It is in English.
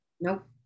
Nope